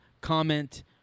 comment